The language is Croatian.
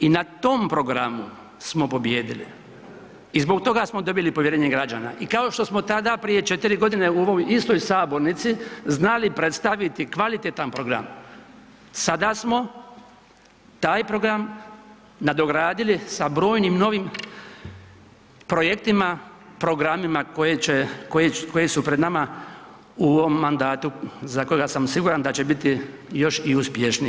I na tom programu smo pobijedili i zbog toga smo dobili povjerenje građana i kao što smo tada prije 4 g. u ovoj istoj sabornici znali predstaviti kvalitetan program, sada smo taj program nadogradili sa brojnim novim projektima, programima koji su pred nama u ovom mandatu, za koga sam siguran da će biti još i uspješniji.